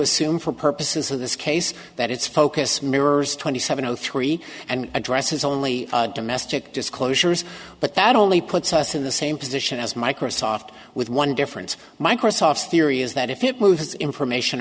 assume for purposes of this case that its focus mirrors twenty seven zero three and addresses only domestic disclosures but that only puts us in the same position as microsoft with one difference microsoft's theory is that if it moves information